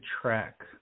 track